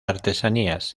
artesanías